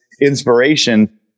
inspiration